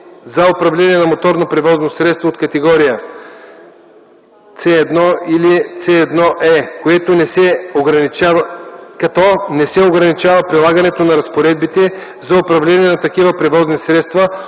за управление на моторно превозно средство от категория С1 и С1Е, като не се ограничава прилагането на разпоредбите за управление на такива превозни средства,